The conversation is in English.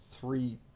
three